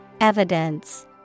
Evidence